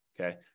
Okay